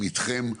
אתכם,